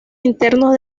internos